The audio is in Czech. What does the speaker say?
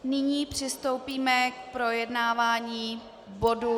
Nyní přistoupíme k projednávání bodu 154.